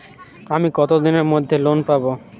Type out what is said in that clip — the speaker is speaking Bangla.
আমি কতদিনের মধ্যে লোন পাব?